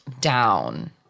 down